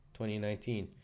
2019